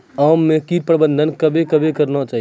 आम मे कीट प्रबंधन कबे कबे करना चाहिए?